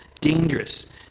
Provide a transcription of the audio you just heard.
dangerous